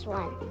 one